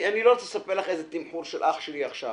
אני לא רוצה לספר לך על מחור של אח שלי עכשיו